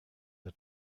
the